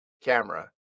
camera